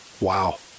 wow